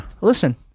Listen